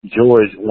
George